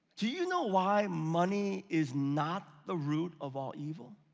do you know why money is not the root of all evil?